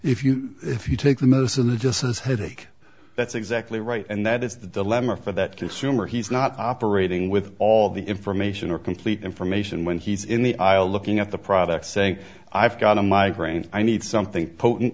if you if you take the medicine it just says headache that's exactly right and that is the dilemma for that consumer he's not operating with all the information or complete information when he's in the aisle looking at the product saying i've got a migraine i need something